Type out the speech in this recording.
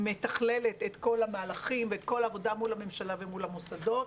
מתכללת את כל המהלכים ואת כל העבודה מול הממשלה ומול המוסדות.